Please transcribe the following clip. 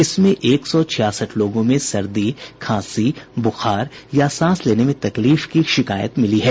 इसमें एक सौ छियासठ लोगों में सर्दी खांसी ब्रखार या सांस लेने की तकलीफ की शिकायत मिली है